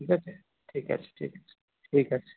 ঠিক আছে ঠিক আছে ঠিক আছে ঠিক আছে